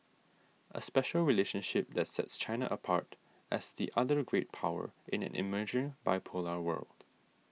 a special relationship that sets China apart as the other great power in an emerging bipolar world